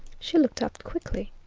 she looked up quickly.